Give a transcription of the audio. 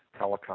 telecom